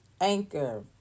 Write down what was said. anchor